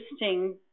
interesting